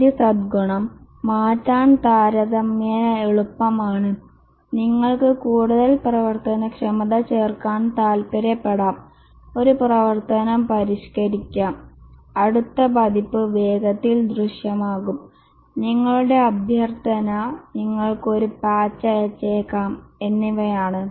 ആദ്യ സദ്ഗുണം മാറ്റാൻ താരതമ്യേന എളുപ്പമാണ് നിങ്ങൾക്ക് കൂടുതൽ പ്രവർത്തനക്ഷമത ചേർക്കാൻ താൽപ്പര്യപ്പെടാം ഒരു പ്രവർത്തനം പരിഷ്ക്കരിക്കാം അടുത്ത പതിപ്പ് വേഗത്തിൽ ദൃശ്യമാകും നിങ്ങളുടെ അഭ്യർത്ഥന നിങ്ങൾക്ക് ഒരു പാച്ച് അയച്ചേക്കാം എന്നിവയാണ്